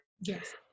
Yes